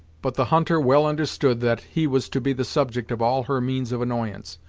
but the hunter well understood that he was to be the subject of all her means of annoyance,